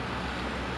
mmhmm